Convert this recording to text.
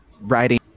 writing